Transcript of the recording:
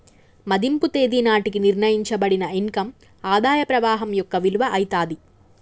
మదింపు తేదీ నాటికి నిర్ణయించబడిన ఇన్ కమ్ ఆదాయ ప్రవాహం యొక్క విలువ అయితాది